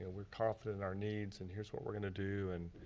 we're confident in our needs and here's what we're gonna do, and,